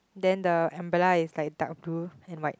then the umbrella is like dark blue and white